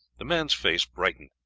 the man's face brightened.